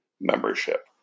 membership